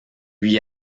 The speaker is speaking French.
lui